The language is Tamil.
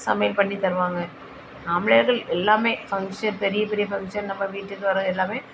சமையல் பண்ணி தருவாங்க ஆம்பளையர்கள் எல்லாமே ஃபங்ஷன் பெரிய பெரிய ஃபங்ஷன் நம்ம வீட்டுக்கு வர எல்லாமே